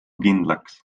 kindlaks